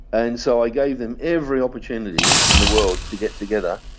and so i gave them every opportunity in the world to get together.